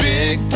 Big